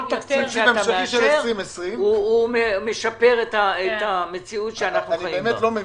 כל תקציב שנאשר ישפר את המציאות שאנחנו חיים בה.